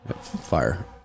fire